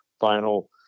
final